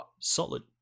solid